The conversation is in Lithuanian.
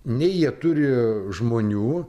nei jie turi žmonių